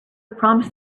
promised